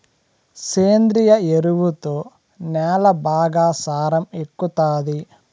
సేంద్రియ ఎరువుతో న్యాల బాగా సారం ఎక్కుతాది